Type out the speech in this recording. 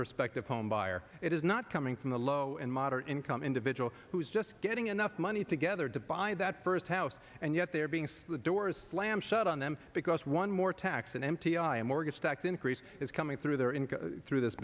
perspective homebuyer it is not coming from the low and moderate income individual who's just getting enough money together to buy that first house and yet they're being the doors slam shut on them because one more tax an n t i mortgage tax increase is coming through their income through this